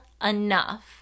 enough